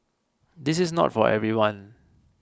this is not for everyone